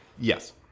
Yes